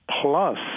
plus